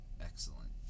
Excellent